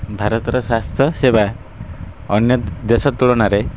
ଭାରତର ସ୍ୱାସ୍ଥ୍ୟସେବା ଅନ୍ୟ ଦେଶ ତୁଳନାରେ